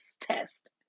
test